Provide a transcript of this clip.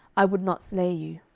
i would not slay you.